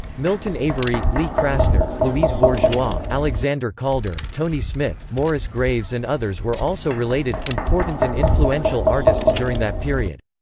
milton avery, lee krasner, louise bourgeois, bourgeois, alexander calder, tony smith, morris graves and others were also related, important and influential artists during that period.